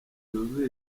zuzuye